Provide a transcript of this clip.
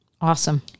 Awesome